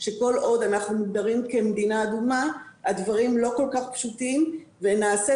שכל עוד אנחנו מוגדרים כמדינה אדומה הדברים לא כל כך פשוטים ונעשית